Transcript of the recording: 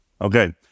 Okay